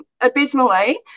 abysmally